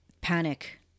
panic